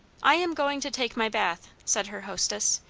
i am going to take my bath, said her hostess.